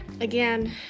Again